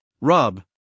rub